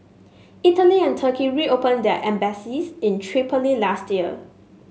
Italy and Turkey reopened their embassies in Tripoli last year